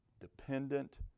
dependent